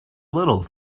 little